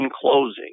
closing